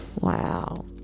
wow